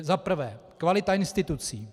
Za prvé kvalita institucí.